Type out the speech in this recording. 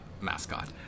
mascot